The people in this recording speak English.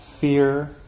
fear